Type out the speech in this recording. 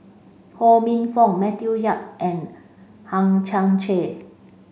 Ho Minfong Matthew Yap and Hang Chang Chieh